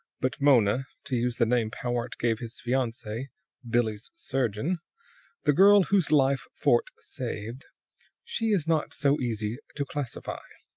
but mona to use the name powart gave his fiancee billie's surgeon the girl whose life fort saved she is not so easy to classify.